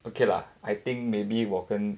okay lah I think maybe 我跟